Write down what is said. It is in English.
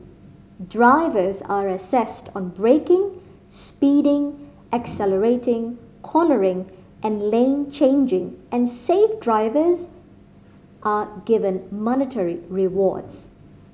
drivers are assessed on braking speeding accelerating cornering and lane changing and safe drivers are given monetary rewards